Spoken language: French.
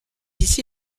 ici